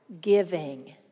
giving